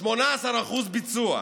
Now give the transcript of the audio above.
18% ביצוע.